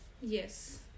yes